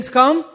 come